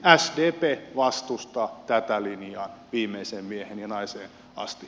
sdp vastustaa tätä linjaa viimeiseen mieheen ja naiseen asti